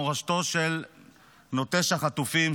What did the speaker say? מורשתו של נוטש החטופים",